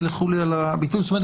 סלחו לי על הביטוי זאת אומרת,